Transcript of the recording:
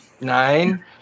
Nine